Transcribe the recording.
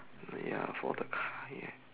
ya for the car ya